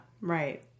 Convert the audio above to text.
Right